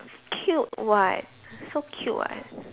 cute [what] so cute [what]